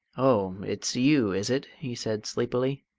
oh, it's you, is it? he said sleepily.